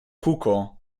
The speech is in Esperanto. kuko